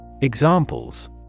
Examples